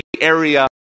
area